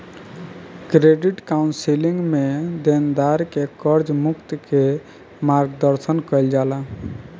credit counselling में देनदार के कर्ज मुक्त के मार्गदर्शन कईल जाला